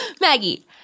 Maggie